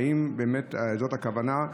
האם באמת זו הכוונה,